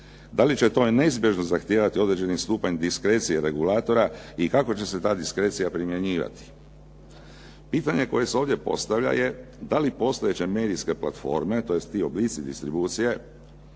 Da li će to neizbježno zahtijevati određeni stupanj diskrecije regulatora i kako će se ta diskrecija primjenjivati. Pitanje koje se ovdje postavlja je da li postojeća medijska platforme, tj. ti oblici distribucije